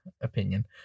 opinion